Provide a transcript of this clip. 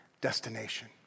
destination